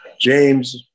James